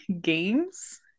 games